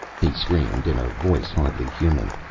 he screamed, in a voice hardly human,